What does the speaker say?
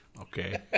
Okay